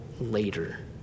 later